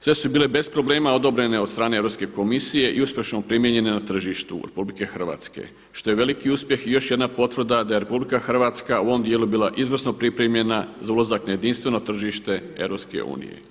Sve su bile bez problema odobrene od strane Europske komisije i uspješno primijenjene na tržištu RH, što je veliki uspjeh i još jedna potvrda da je RH u ovom dijelu bila izvrsno pripremljena za ulazak na jedinstveno tržište EU.